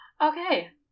Okay